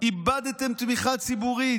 איבדתם תמיכה ציבורית,